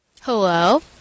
Hello